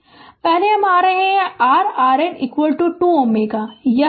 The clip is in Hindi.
Refer Slide Time 1852 पहले हम आ रहे है R RN 2 Ω